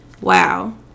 Wow